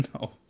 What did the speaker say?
no